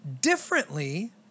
differently